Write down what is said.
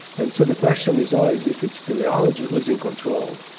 and so the question is always if it's teleology who's in control?